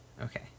Okay